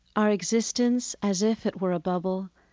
our existence as if it were a bubble,